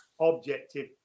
objective